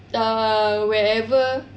err wherever